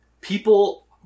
people